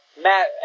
Matt